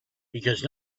because